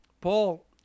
Paul